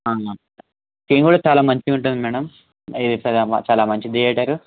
screen కూడా చాలా మంచిగా ఉంటుంది మేడమ్ ఇది పెద్ద మా చాలా మంచి థియేటరు